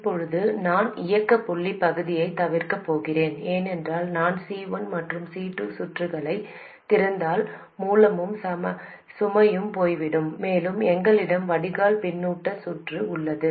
இப்போது நான் இயக்க புள்ளி பகுதியைத் தவிர்க்கப் போகிறேன் ஏனென்றால் நான் C1 மற்றும் C2 சுற்றுகளைத் திறந்தால் மூலமும் சுமையும் போய்விடும் மேலும் எங்களிடம் வடிகால் பின்னூட்ட சுற்று உள்ளது